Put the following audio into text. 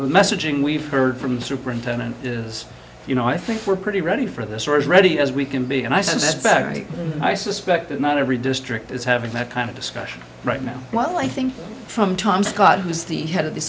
the messaging we've heard from the superintendent is you know i think we're pretty ready for this sort of ready as we can be and i suspect i suspect that not every district is having that kind of discussion right now well i think from time scott who is the head of the